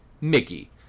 Mickey